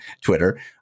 Twitter